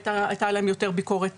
הייתה עליהם יותר ביקורת